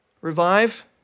Revive